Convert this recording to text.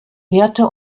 werte